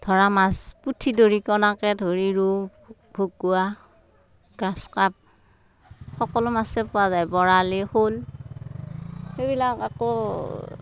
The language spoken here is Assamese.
ধৰা মাছ পুঠি দৰিকণাকে ধৰি ৰৌ ভকুৱা গ্ৰাছ কাপ সকলো মাছেই পোৱা যায় বৰালি শ'ল সেইবিলাক আকৌ